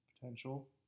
potential